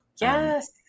Yes